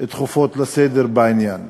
דחופות לסדר-היום בעניין.